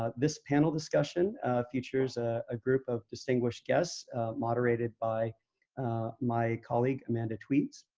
ah this panel discussion features a ah group of distinguished guests moderated by my colleague amanda tewes,